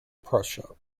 prussia